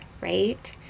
Right